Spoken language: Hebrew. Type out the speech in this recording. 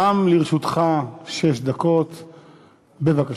גם לרשותך שש דקות, בבקשה.